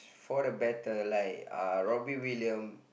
for the better like Robbie-Williams